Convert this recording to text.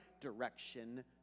direction